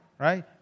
right